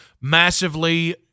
massively